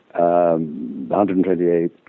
128